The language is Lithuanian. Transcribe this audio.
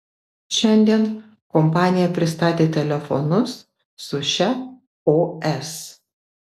šiandien kompanija pristatė telefonus su šia os